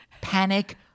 Panic